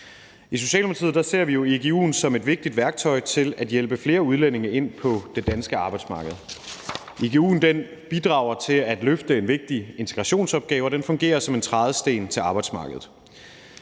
I Socialdemokratiet ser vi igu'en som et vigtigt værktøj til at hjælpe flere udlændinge ind på det danske arbejdsmarked. Igu'en bidrager til at løfte en vigtig integrationsopgave, og den fungerer som en trædesten til arbejdsmarkedet.